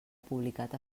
publicat